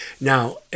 Now